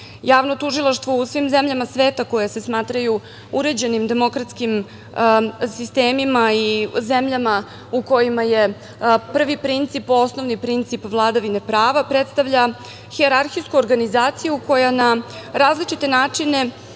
tužilaštvo u svim zemljama sveta koje se smatraju uređenim demokratskim sistemima i zemljama u kojima je prvi princip osnovni princip vladavine prava, predstavlja hijerarhijsku organizaciju koja na različite načine